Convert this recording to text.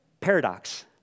paradox